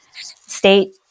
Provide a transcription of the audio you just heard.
state